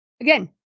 again